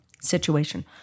situation